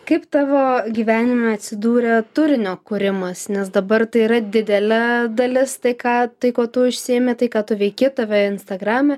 kaip tavo gyvenime atsidūrė turinio kūrimas nes dabar tai yra didelė dalis tai ką tai kuo tu užsiimi tai ką tu veiki tave instagrame